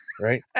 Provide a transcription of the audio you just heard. right